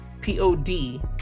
P-O-D